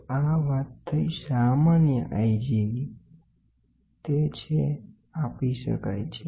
તો આ વાત થઇ વિશિષ્ટ iG જે માપી શકાય છે